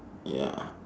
ya